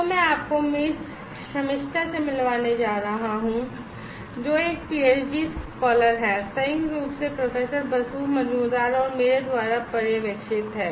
तो अब मैं आपको मिस शमिश्ता से मिलवाने जा रहा हूँ जो एक पीएचडी स्कॉलर हैं संयुक्त रूप से प्रोफेसर बसु मजुमदार और मेरे द्वारा पर्यवेक्षित हैं